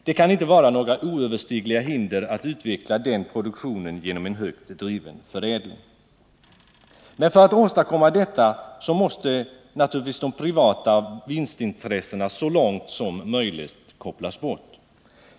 Det kan inte vara några oöverstigliga hinder att utveckla den produktionen genom en högt driven förädling. För att åstadkomma detta måste naturligtvis de privata vinstintressena så långt som möjligt kopplas bort.